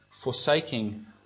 forsaking